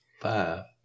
Five